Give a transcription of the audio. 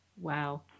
Wow